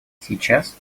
сейчас